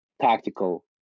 tactical